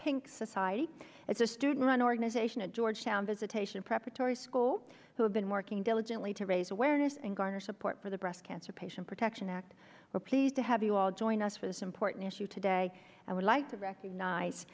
pink society it's a student run organization at georgetown visitation preparatory school who have been working diligently to raise awareness and garner support for the breast cancer patient protection act we're pleased to have you all join us for this important issue today and would like to recognize